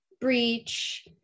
breach